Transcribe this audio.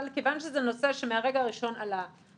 אבל כיוון שזה נושא שמהרגע הראשון עלה,